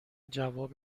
جواب